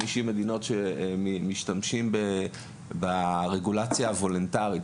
מדינות שמשתמשים בהן ברגולציה הוולונטרית,